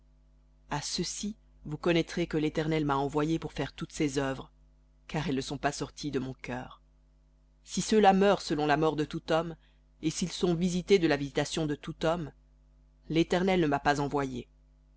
à ceci vous connaîtrez que l'éternel m'a envoyé pour faire toutes ces œuvres car elles ne sont pas sorties de mon cœur si ceux-là meurent selon la mort de tout homme et s'ils sont visités de la visitation de tout homme l'éternel ne m'a pas envoyé